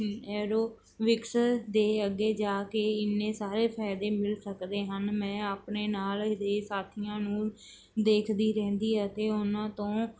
aerobics ਦੇ ਅੱਗੇ ਜਾ ਕੇ ਇੰਨੇ ਸਾਰੇ ਫਾਇਦੇ ਮਿਲ ਸਕਦੇ ਹਨ ਮੈਂ ਆਪਣੇ ਨਾਲ ਦੇ ਸਾਥੀਆਂ ਨੂੰ ਦੇਖਦੀ ਰਹਿੰਦੀ ਅਤੇ ਉਹਨਾਂ ਤੋਂ